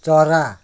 चरा